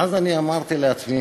ואז אני אמרתי לעצמי,